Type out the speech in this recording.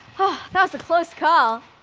ah that was a close call.